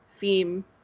theme